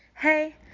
hey